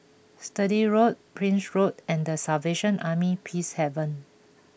Sturdee Road Prince Road and the Salvation Army Peacehaven